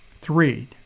Three